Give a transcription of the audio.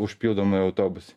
užpildomi autobusai